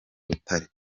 butare